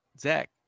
zach